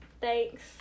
Thanks